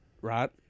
Right